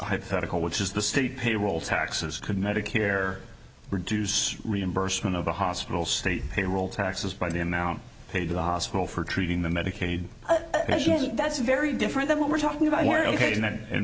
hypothetical which is the state payroll taxes could medicare reduce reimbursement of the hospital state payroll taxes by the amount paid to the hospital for treating the medicaid that's very different than what we're talking about